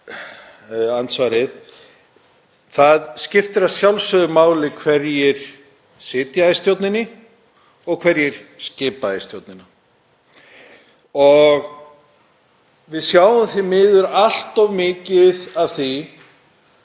andsvarið. Það skiptir að sjálfsögðu máli hverjir sitja í stjórninni og hverjir skipa í stjórnina. Við sjáum því miður allt of mikið af því